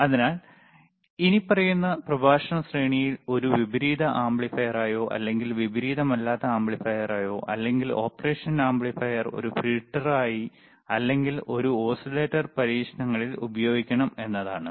അതിനാൽ ഇനിപ്പറയുന്ന പ്രഭാഷണ ശ്രേണിയിൽ ഒരു വിപരീത ആംപ്ലിഫയറായോ അല്ലെങ്കിൽ വിപരീതമല്ലാത്ത ആംപ്ലിഫയറായോ അല്ലെങ്കിൽ ഓപ്പറേഷൻ ആംപ്ലിഫയർ ഒരു ഫിൽട്ടറായി അല്ലെങ്കിൽ ഒരു ഓസിലേറ്റർ പരീക്ഷണങ്ങളിൽ ഉപയോഗിക്കണം എന്നതാണു്